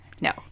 No